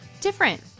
different